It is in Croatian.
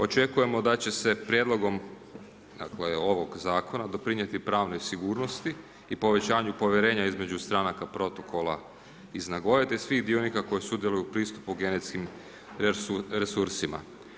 Očekujemo da će se prijedlogom dakle ovog zakona doprinijeti pravne sigurnosti i povećanju povjerenja između stranaka protokola iz Nagoye, te svih dionika koji sudjeluju pristupu genetskim resursima.